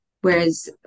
Whereas